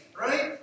right